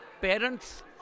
parents